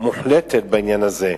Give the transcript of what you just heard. בעניין הזה.